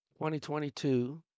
2022